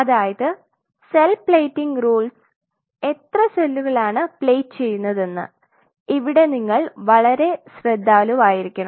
അതായത് cell plating rules എത്ര സെല്ലുകളാണ് പ്ലേറ്റ് ചെയ്യുന്നതെന്ന് ഇവിടെ നിങ്ങൾ വളരെ ശ്രദ്ധാലുവായിരിക്കണം